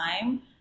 time